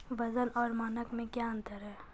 वजन और मानक मे क्या अंतर हैं?